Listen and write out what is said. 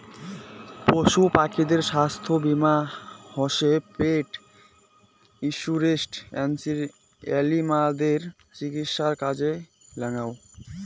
পশু পাখিদের ছাস্থ্য বীমা হসে পেট ইন্সুরেন্স এনিমালদের চিকিৎসায় কাজে লাগ্যাঙ